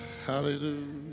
Hallelujah